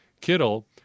Kittle